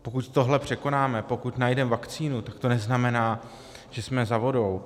Pokud tohle překonáme, pokud najdeme vakcínu, tak to neznamená, že jsme za vodou.